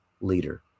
leader